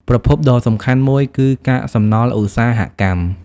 ប្រភពដ៏សំខាន់មួយគឺ កាកសំណល់ឧស្សាហកម្ម។